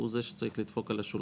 הוא זה שצריך לדפוק על השולחן